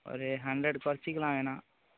ஒரு ஹண்ட்ரட் கொறைச்சிக்கலாம் வேணுனா